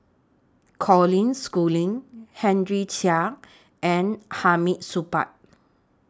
Colin Schooling Henry Chia and Hamid Supaat